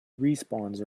respawns